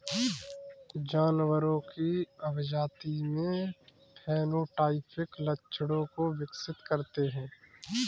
जानवरों की अभिजाती में फेनोटाइपिक लक्षणों को विकसित करते हैं